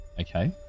Okay